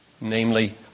namely